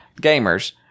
gamers